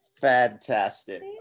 Fantastic